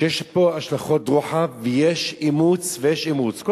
שיש פה השלכות רוחב, יש אימוץ ויש אימוץ.